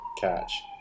catch